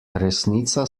resnica